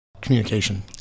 Communication